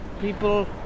people